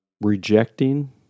rejecting